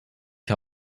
die